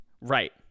Right